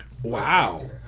Wow